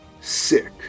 sick